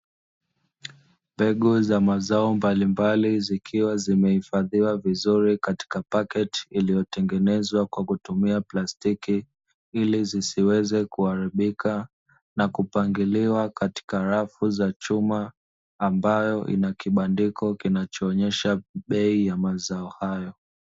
Mbegu za mazao mbalimbali zikiwa zimehifadhiwa vizuri katika pakiti iliyotengenezwa kwa kutumia plastiki, ili zisiweze kuharibika na kupangiliwa katika rafu za chuma, ambayo ina kibandiko kinachoonyesha bei ya mazao hayo.